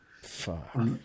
Fuck